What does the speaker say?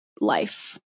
life